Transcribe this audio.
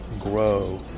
Grow